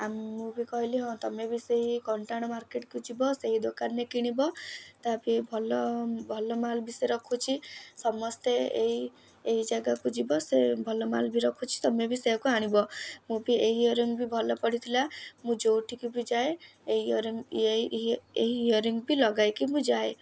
ମୁଁ ବି କହିଲି ହଁ ତମେ ବି ସେହି କଣ୍ଟାବଣ ମାର୍କେଟ୍କୁ ଯିବ ସେହି ଦୋକାନରେ କିଣିବ ତାହାବି ଭଲ ଭଲ ମାଲ୍ ବି ସେ ରଖୁଛି ସମସ୍ତେ ଏହି ଏହି ଜାଗାକୁ ଯିବ ସେ ଭଲ ମାଲ୍ ବି ରଖୁଛି ତମେ ବି ସେଇଆକୁ ଆଣିବ ମୁଁ ବି ଏହି ଇୟରିଂ ବି ଭଲ ପଡ଼ିଥିଲା ମୁଁ ଯେଉଁଠିକି ବି ଯାଏ ଏହି ଇଅରିଂ ଏଇ ଏହି ଇଅରିଂ ବି ଲଗାଇକି ମୁଁ ଯାଏ